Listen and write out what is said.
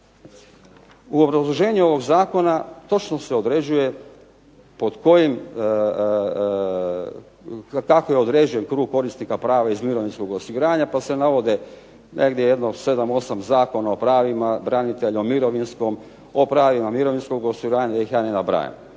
U obrazloženju ovog zakona točno se određuje pod kojim tako je određen krug korisnika prava iz mirovinskog osiguranja, pa se navode jedno 7, 8 zakona o pravima branitelja, o mirovinskom, o pravima mirovinskog osiguranja da ih ja ne nabrajam.